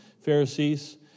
Pharisees